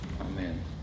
Amen